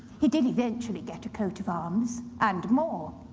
he did eventually get a coat of arms and more.